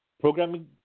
Programming